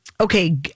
Okay